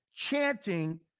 chanting